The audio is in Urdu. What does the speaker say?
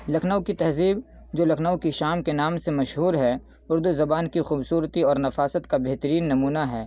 لکھنؤ کی تہذیب جو لکھنؤ کی شام کے نام سے مشہور ہے اردو زبان کی خوبصورتی اور نفاست کا بہترین نمونہ ہے